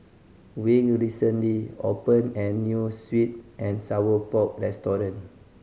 Wing recently opened a new sweet and sour pork restaurant